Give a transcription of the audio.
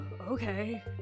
okay